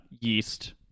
yeast